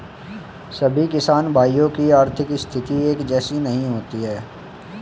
सभी किसान भाइयों की आर्थिक स्थिति एक जैसी नहीं होती है